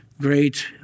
great